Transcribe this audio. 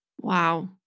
Wow